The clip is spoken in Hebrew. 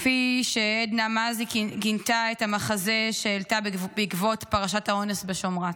כפי שעדנה מזי"א כינתה את המחזה שהעלתה בעקבות פרשת האונס בשומרת.